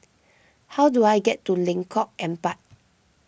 how do I get to Lengkok Empat